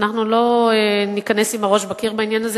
אנחנו לא ניכנס עם הראש בקיר בעניין הזה,